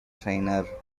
trainer